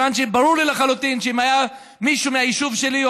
ברור לי לחלוטין שאם היה מישהו מהיישוב שלי או